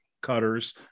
cutters